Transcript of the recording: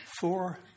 four